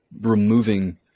removing